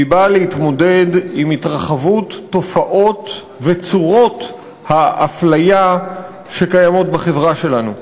והיא באה להתמודד עם התרחבות תופעות וצורות ההפליה שקיימות בחברה שלנו.